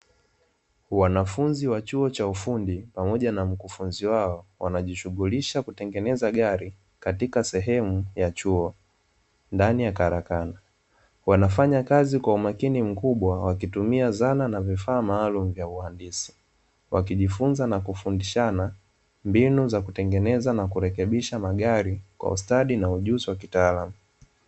Wanafunzi wa chuo cha ufundi pamoja na mkufunzi wao wanajishughulisha kutengeneza gari katika sehemu ya chuo ndani ya karakana, wanafanya kazi kwa umakini mkubwa wakitumia zana na vifaa maalumu vya uhandisi, wakijifunza na kufundishana mbinu za kutengeneza na kurekebisha magari kwa ustadi na ujuzi wa kitalaamu.